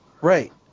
Right